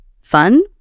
Fun